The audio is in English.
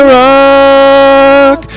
rock